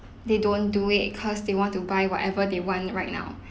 they don't do it cause they want to buy whatever they want right now